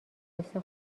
غصه